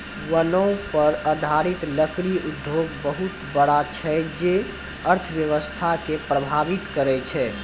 वनो पर आधारित लकड़ी उद्योग बहुत बड़ा छै जे अर्थव्यवस्था के प्रभावित करै छै